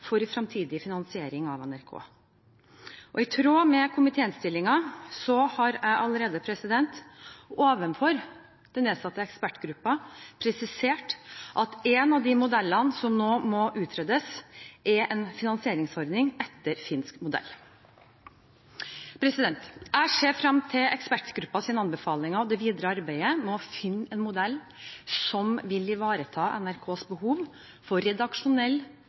for fremtidig finansiering av NRK. I tråd med komitéinnstillingen har jeg allerede overfor den nedsatte ekspertgruppen presisert at en av de modellene som nå må utredes, er en finansieringsordning etter finsk modell. Jeg ser frem til ekspertgruppens anbefalinger og det videre arbeidet med å finne en modell som vil ivareta NRKs behov for redaksjonell